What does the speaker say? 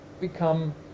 become